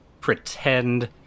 pretend